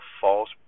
false